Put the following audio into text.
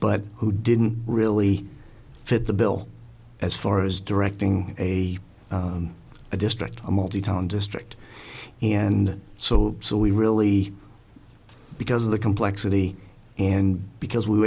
but who didn't really fit the bill as far as directing a district a multi town district and so so we really are because of the complexity and because we